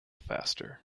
faster